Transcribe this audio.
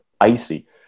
icy